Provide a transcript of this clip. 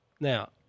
Now